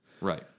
Right